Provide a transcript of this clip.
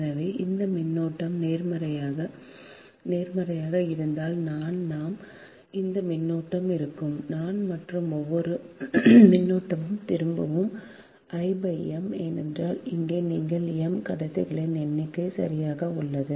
எனவே இந்த மின்னோட்டம் நேர்மறையாக இருந்தால் நான் நான் இந்த மின்னோட்டம் இருக்கும் நான் மற்றும் ஒவ்வொரு மின்னோட்டமும் திரும்பும் I m ஏனென்றால் இங்கே நீங்கள் m கடத்திகளின் எண்ணிக்கை சரியாக உள்ளது